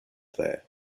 there